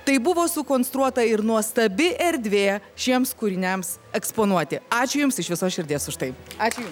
tai buvo sukonstruota ir nuostabi erdvė šiems kūriniams eksponuoti ačiū jums iš visos širdies už tai ačiū jum